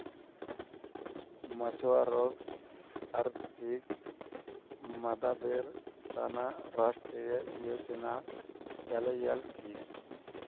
मछुवारॉक आर्थिक मददेर त न राष्ट्रीय योजना चलैयाल की